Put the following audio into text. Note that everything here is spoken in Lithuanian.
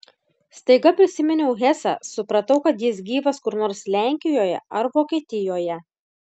staiga prisiminiau hesą supratau kad jis gyvas kur nors lenkijoje ar vokietijoje